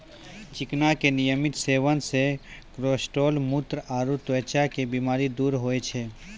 चिकना के नियमित सेवन से कोलेस्ट्रॉल, मुत्र आरो त्वचा के बीमारी दूर होय छै